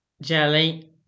Jelly